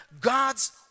god's